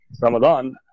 ramadan